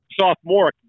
Sophomore